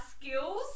skills